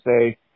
say